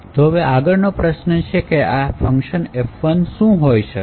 તો હવે આગળનો પ્રશ્ન છે આ ફંકશન F૧ શું હોઈ શકે